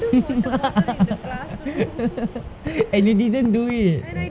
and you didn't do it